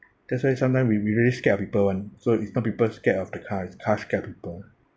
that's why sometime we we really scared people [one] so it's not people scared of the car it's car scared of people